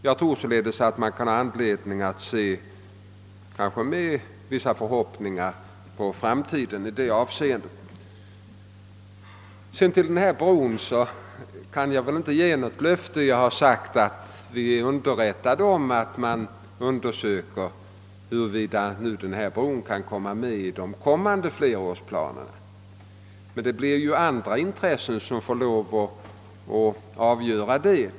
Jag tror således att man kan ha anledning att med vissa förhoppningar se på framtiden i detta avseende. Beträffande brobygget kan jag inte ge något löfte. Jag har sagt att vi är underrättade om att undersökningar pågår, huruvida det kan tas in i de kommande flerårsplanerna. Det blir emellertid andra intressen som får avgöra denna fråga.